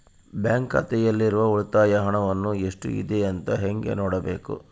Bank ಖಾತೆಯಲ್ಲಿರುವ ಉಳಿತಾಯ ಹಣವು ಎಷ್ಟುಇದೆ ಅಂತ ಹೇಗೆ ನೋಡಬೇಕು?